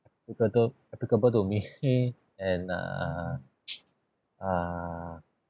applicable applicable to me and err err